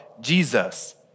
Jesus